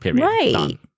Right